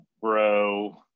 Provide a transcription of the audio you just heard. bro